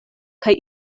kaj